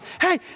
Hey